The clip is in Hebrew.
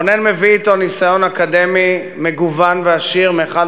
רונן מביא אתו ניסיון אקדמי מגוון ועשיר מאחד